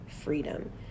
freedom